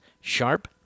Sharp